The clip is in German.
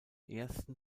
ersten